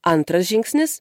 antras žingsnis